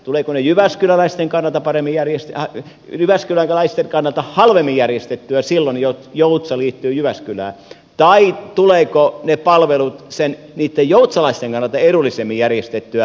tulevatko ne jyväskyläläisten kannalta paremmin järjestää jyväskylä naisten kannalta halvemmin järjestettyä silloin jos joutsa liittyy jyväskylään tai tulevatko ne palvelut niitten joutsalaisten kannalta edullisemmin järjestettyä